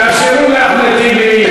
תאפשרו לאחמד טיבי.